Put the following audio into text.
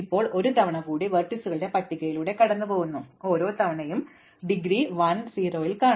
ഇപ്പോൾ ഒരു തവണ കൂടി ലംബങ്ങളുടെ പട്ടികയിലൂടെ കടന്നുപോകുന്നു ഓരോ തവണയും ഡിഗ്രി 1 0 ൽ ഒരു കാണും